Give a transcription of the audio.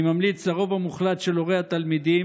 אני ממליץ לרוב המוחלט של הורי התלמידים,